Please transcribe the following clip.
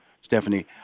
Stephanie